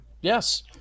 Yes